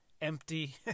empty